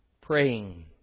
praying